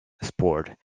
sport